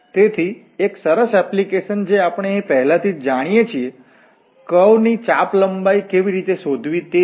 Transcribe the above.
તેથી એક સરસ એપ્લિકેશન જે આપણે પહેલાથી જ જાણીએ છીએ કર્વ વળાંક ની ચાપ લંબાઈ કેવી રીતે શોધવી તે છે